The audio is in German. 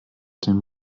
den